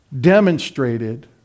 demonstrated